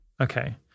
Okay